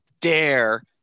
dare